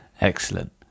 Excellent